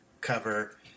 cover